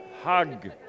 hug